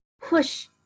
push